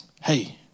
Hey